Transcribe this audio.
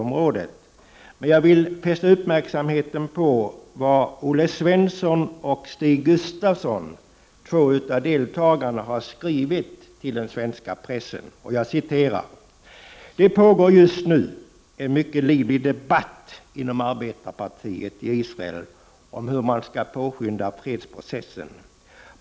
Jag vill emellertid fästa uppmärksamheten på vad Olle Svensson och Stig Gustafsson, två av deltagarna på resan, har skrivit till den svenska pressen: ”Det pågår just nu en mycket livlig debatt inom arbetarepartiet i Israel om hur man skall påskynda fredsprocessen.